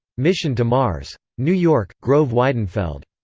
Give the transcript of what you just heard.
mission to mars. new york grove weidenfeld.